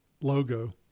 logo